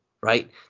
right